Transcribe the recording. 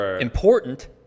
Important